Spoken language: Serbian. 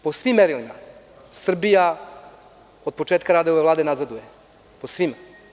Po svim merilima Srbija od početka rada ove Vlada nazaduje u svemu.